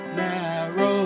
narrow